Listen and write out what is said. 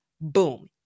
Boom